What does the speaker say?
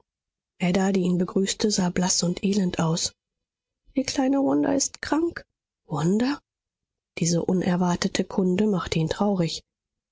ada die ihn begrüßte sah blaß und elend aus die kleine wanda ist krank wanda diese unerwartete kunde machte ihn traurig